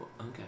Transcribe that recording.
Okay